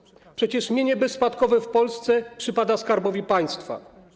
Przecież mienie bezspadkowe w Polsce przypada Skarbowi Państwa.